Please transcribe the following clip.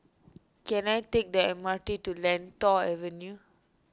can I take the M R T to Lentor Avenue